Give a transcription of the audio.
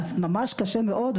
אז ממש קשה מאוד,